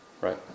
Right